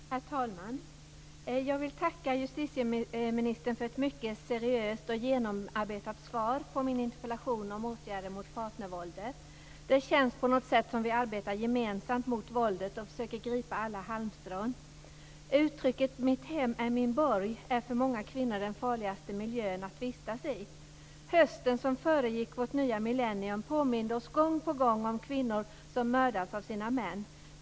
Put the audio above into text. Herr talman! Jag vill tacka justitieministern för ett mycket seriöst och genomarbetat svar på min interpellation om åtgärder mot partnervåldet. Det känns på något sätt som om vi arbetar gemensamt mot våldet och försöker gripa alla halmstrån. Uttrycket Mitt hem är min borg står för det som för många kvinnor är den farligaste miljön att vistas i. Hösten som föregick vårt nya millennium påminde oss gång på gång om kvinnor som mördats av sina män.